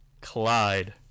Clyde